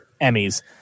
Emmys